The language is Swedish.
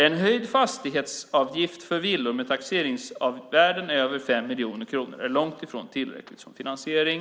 En höjd fastighetsavgift för villor med taxeringsvärde över 5 miljoner kronor är långt ifrån tillräckligt som finansiering.